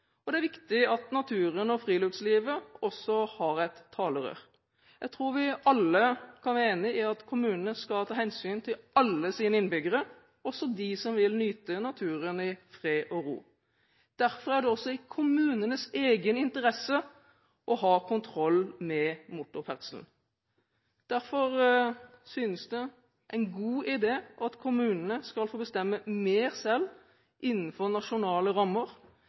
og det er viktig at naturen og friluftslivet også har et talerør. Jeg tror vi alle kan være enig i at kommunene skal ta hensyn til alle sine innbyggere, også til dem som vil nyte naturen i fred og ro. Derfor er det også i kommunenes egen interesse å ha kontroll med motorferdselen. Derfor synes det å være en god idé at kommunene skal få bestemme mer selv innenfor nasjonale rammer.